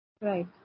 Right